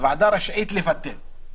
הוועדה רשאית לבטל.